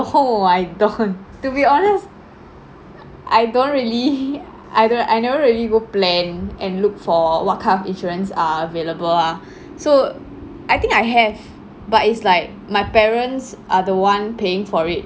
no I don't to be honest I don't really I don~ I never really go plan and look for what kind of insurance are available ah so I think I have but it's like my parents are the one paying for it